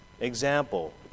example